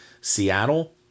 Seattle